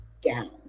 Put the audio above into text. down